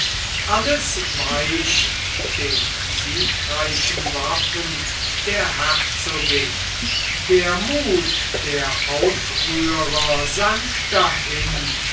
alles weicht den siegreichen waffen der herzogin der muth der aufrührer sank dahin